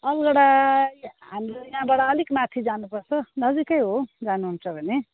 अलगढा हाम्रो यहाँबाट अलिक माथि जानुपर्छ नजिकै हो जानुहुन्छ भने